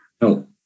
no